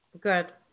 Good